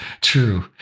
True